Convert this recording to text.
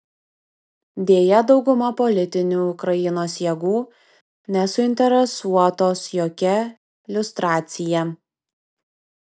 deja dauguma politinių ukrainos jėgų nesuinteresuotos jokia liustracija